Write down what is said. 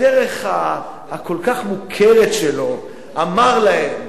בדרך הכל-כך מוכרת שלו, אמר להם: